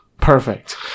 Perfect